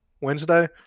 Wednesday